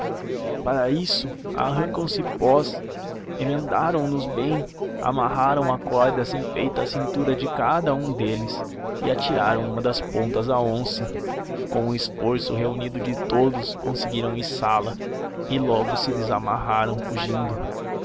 para isso arrancaram cipós emendaram nos bem amarraram a corda assim feita à cintura de cada um deles e atiraram uma das pontas à onça com o esforço reunido de todos conseguiram içá la e logo se desamarraram fugindo